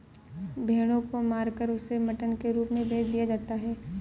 भेड़ों को मारकर उसे मटन के रूप में बेच दिया जाता है